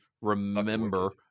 remember